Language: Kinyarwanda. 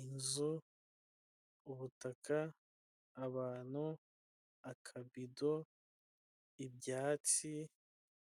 inzu, ubutaka, abantu akabido, ibyatsi,..